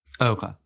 Okay